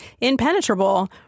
impenetrable